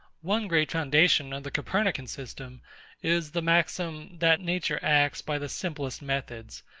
one great foundation of the copernican system is the maxim, that nature acts by the simplest methods,